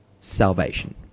salvation